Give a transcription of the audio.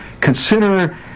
consider